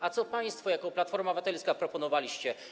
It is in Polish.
A co państwo jako Platforma Obywatelska proponowaliście?